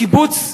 הקיבוץ השתנה,